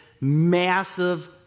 massive